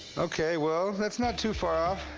ok, well, that's not too far off.